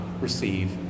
receive